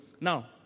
Now